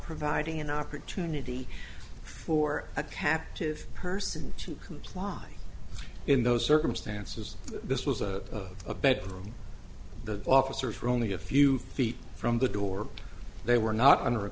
providing an opportunity for a captive person to comply in those circumstances this was a bedroom the officers were only a few feet from the door they were not under a